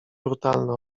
brutalny